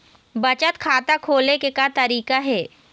बचत खाता खोले के का तरीका हे?